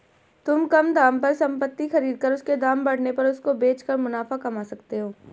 तुम कम दाम पर संपत्ति खरीद कर उसके दाम बढ़ने पर उसको बेच कर मुनाफा कमा सकते हो